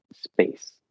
space